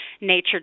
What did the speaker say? nature